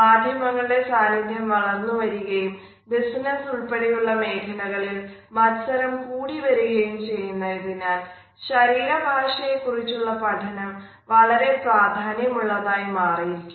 മാധ്യമങ്ങളുടെ സാന്നിധ്യം വളർന്നു വരികയും ബിസിനസ് ഉൾപ്പെടെ ഉള്ള മേഖലകളിൽ മത്സരം കൂടുകയും ചെയ്യുന്നതിനാൽ ശരീര ഭാഷയെ കുറിച്ചുള്ള പഠനം വളരെ പ്രാധാന്യമുള്ളതായി മാറിയിരിക്കുന്നു